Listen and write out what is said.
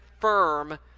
firm